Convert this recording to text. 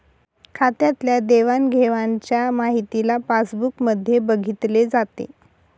खात्यातल्या देवाणघेवाणच्या माहितीला पासबुक मध्ये बघितले जाते